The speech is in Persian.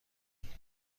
مانتس